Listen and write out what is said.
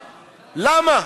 למה?